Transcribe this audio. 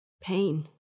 Pain